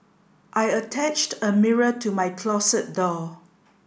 I attached a mirror to my closet door